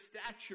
stature